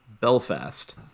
Belfast